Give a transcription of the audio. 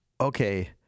okay